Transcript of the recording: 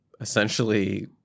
essentially